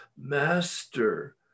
master